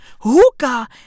Hookah